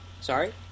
Sorry